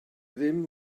ddim